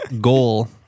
goal